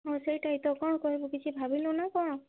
ହଁ ସେଇଟା ହେଇଥାଉ କ'ଣ କହିବୁ କିଛି ଭାବିଲୁ ନା କ'ଣ